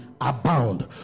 abound